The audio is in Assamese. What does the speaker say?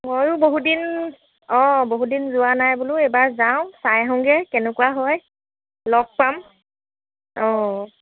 ময়ো বহুতদিন অঁ বহুতদিন যোৱা নাই বোলো এইবাৰ যাওঁ চাই আহোঁগৈ কেনেকুৱা হয় লগ পাম অঁ